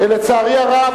לצערי הרב,